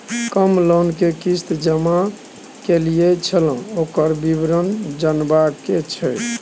हम लोन के किस्त जमा कैलियै छलौं, ओकर विवरण जनबा के छै?